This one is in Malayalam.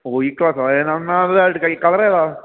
ഓ ഇ ക്ലാസോ അത് എന്നാൽ അത് എടുക്കാം ഈ കളറേതാണ്